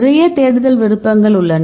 நிறைய தேடுதல் விருப்பங்கள் உள்ளன